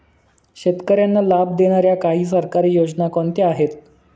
शेतकऱ्यांना लाभ देणाऱ्या काही सरकारी योजना कोणत्या आहेत?